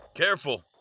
Careful